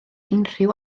unrhyw